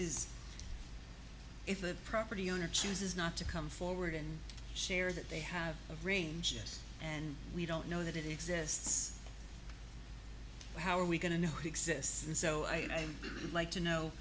if the property owner chooses not to come forward and share that they have of ranges and we don't know that it exists how are we going to not exist and so i would like to know